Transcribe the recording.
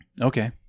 Okay